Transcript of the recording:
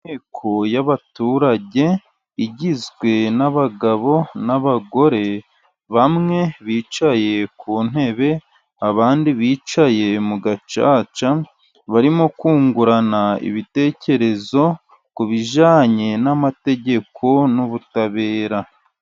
Inteko y'abaturage igizwe n'abagabo n'abagore. Bamwe bicaye ku ntebe, abandi bicaye mu gacaca, barimo kungurana ibitekerezo ku bijyanye n'amategeko n'ubutabera.